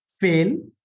fail